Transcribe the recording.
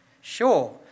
Sure